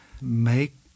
make